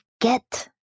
get